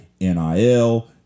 nil